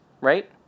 right